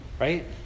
right